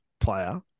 player